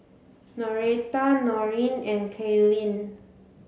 Noretta Noreen and Kaylee